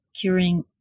curing